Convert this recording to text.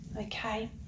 okay